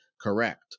correct